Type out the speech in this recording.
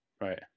right